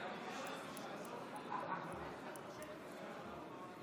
אני קובע כי חוק שירות ביטחון (הצבת יוצאי צבא